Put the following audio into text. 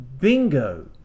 Bingo